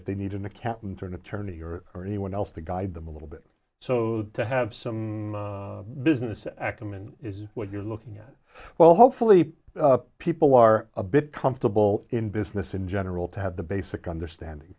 if they need an accountant or an attorney or anyone else to guide them a little bit so to have some business ackermann is what you're looking at well hopefully people are a bit comfortable in business in general to have the basic understanding